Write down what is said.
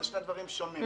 אלה שני דברים שונים.